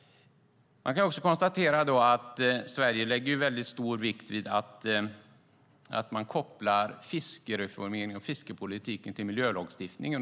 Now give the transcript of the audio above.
Sverige lägger en stor vikt vid att man kopplar reformeringen av fisket och fiskeripolitiken till miljölagstiftningen.